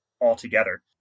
altogether